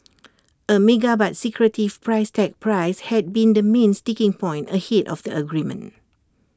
A mega but secretive price tag price had been the main sticking point ahead of the agreement